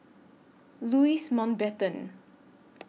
Louis Mountbatten